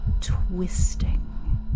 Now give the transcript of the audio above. twisting